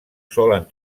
solen